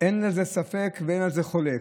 אין בזה ספק ואין על זה חולק.